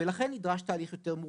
ולכן נדרש תהליך יותר מורכב.